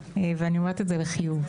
ואני אומרת את זה לחיוב.